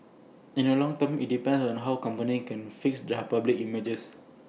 in the long term IT depends on how the company can fix their public image